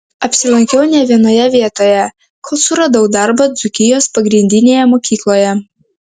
apsilankiau ne vienoje vietoje kol suradau darbą dzūkijos pagrindinėje mokykloje